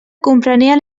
comprenia